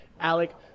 Alec